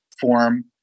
form